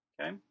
Okay